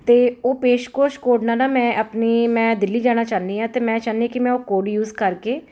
ਅਤੇ ਉਹ ਪੇਸ਼ਕੋਸ਼ ਕੋਡ ਨਾਲ ਨਾ ਮੈਂ ਆਪਣੀ ਮੈਂ ਦਿੱਲੀ ਜਾਣਾ ਚਾਹੁੰਦੀ ਹਾਂ ਅਤੇ ਮੈਂ ਚਾਹੁੰਦੀ ਕਿ ਮੈਂ ਉਹ ਕੋਡ ਯੂਜ ਕਰਕੇ